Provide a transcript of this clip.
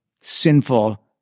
sinful